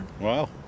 Wow